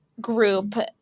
group